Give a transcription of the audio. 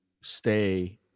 stay